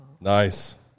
nice